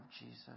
Jesus